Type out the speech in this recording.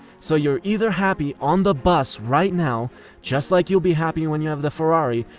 so you're either happy on the bus right now just like you'll be happy when you have the ferrari.